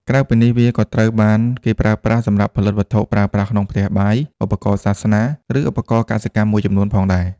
ក្រៅពីនេះ វាក៏ត្រូវបានគេប្រើប្រាស់សម្រាប់ផលិតវត្ថុប្រើប្រាស់ក្នុងផ្ទះបាយ ឧបករណ៍សាសនា ឬឧបករណ៍កសិកម្មមួយចំនួនផងដែរ។